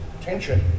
tension